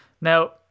now